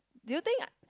do you think I